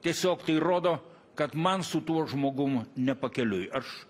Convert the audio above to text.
tiesiog tai rodo kad man su tuo žmogum ne pakeliui aš